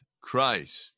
Christ